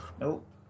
Nope